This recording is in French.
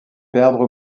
perdre